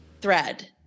thread